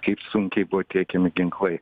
kaip sunkiai buvo tiekiami ginklai